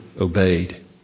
obeyed